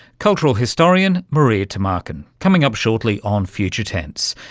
cultural historian maria tumarkin, coming up shortly on future tense.